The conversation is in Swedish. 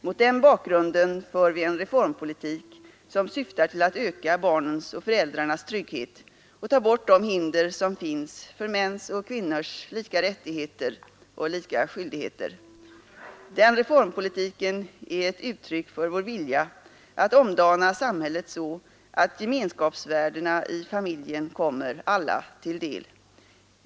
Mot den bakgrunden för vi en reformpolitik som syftar till att öka barnens och föräldrarnas trygghet och ta bort de hinder som finns för mäns och kvinnors lika rättigheter och lika skyldigheter. Den reformpolitiken är ett uttryck för vår vilja att omdana samhället så, att gemenskapsvärdena i familjen kommer alla till del.